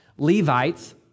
Levites